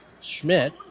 Schmidt